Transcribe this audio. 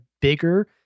bigger